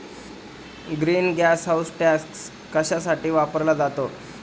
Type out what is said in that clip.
Green gas house tax कशासाठी वापरला जातो?